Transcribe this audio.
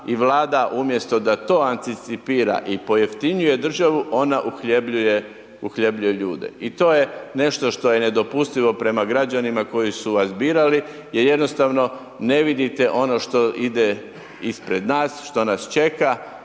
i Vlada umjesto da to anticipira i pojeftinjuje državu, ona uhljebljuje, uhljebljuje ljude, i to je nešto što je nedopustivo prema građanima koji su vas birali, jer jednostavno ne vidite ono što ide ispred nas, što nas čeka